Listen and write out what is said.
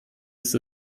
ist